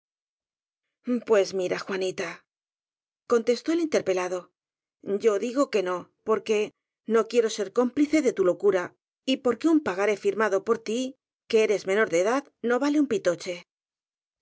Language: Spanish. pues mira juanita contestó el interpela d o y o digo que no porque no quiero ser cóm plice de tu locura y porque un pagaré firmado por tí que eres menor de edad no vale un